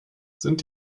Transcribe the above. sind